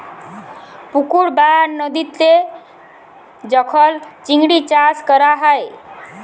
পুকুর বা লদীতে যখল চিংড়ি চাষ ক্যরা হ্যয়